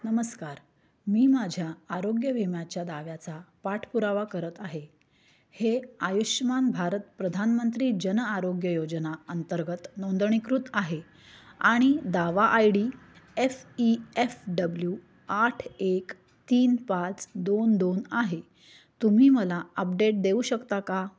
नमस्कार मी माझ्या आरोग्य विम्याच्या दाव्याचा पाठपुरावा करत आहे हे आयुष्मान भारत प्रधानमंत्री जन आरोग्य योजना अंतर्गत नोंदणीकृत आहे आणि दावा I D F E F W आठ एक तीन पाच दोन दोन आहे तुम्ही मला अपडेट देऊ शकता का